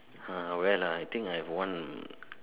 uh when ah I think I've one